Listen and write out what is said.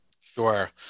Sure